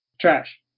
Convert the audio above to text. trash